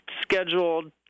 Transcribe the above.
scheduled